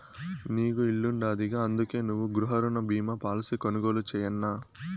నీకు ఇల్లుండాదిగా, అందుకే నువ్వు గృహరుణ బీమా పాలసీ కొనుగోలు చేయన్నా